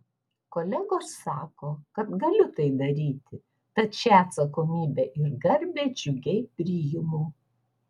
kolegos sako kad galiu tai daryti tad šią atsakomybę ir garbę džiugiai priimu